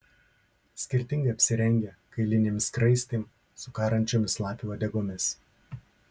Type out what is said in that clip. skirtingai apsirengę kailinėm skraistėm su karančiomis lapių uodegomis